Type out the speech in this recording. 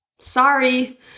sorry